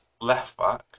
left-back